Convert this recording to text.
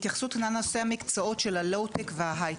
לנושא המקצועות של ה- LOWTECוההייטק,